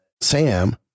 Sam